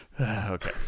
Okay